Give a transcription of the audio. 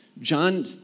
John